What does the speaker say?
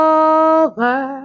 over